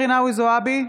ג'ידא רינאוי זועבי,